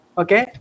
okay